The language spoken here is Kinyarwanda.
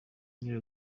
nyiri